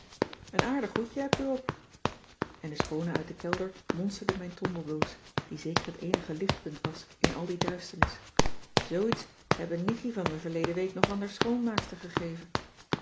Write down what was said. n aardig hoedje heb u op en de schoone uit den kelder monsterde mijn tondeldoos die zeker het eenige lichtpunt was in al die duisternis zoo iets heb n nichie van me verleden week nog an d'r schoonmaakster gegeve